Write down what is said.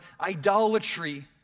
idolatry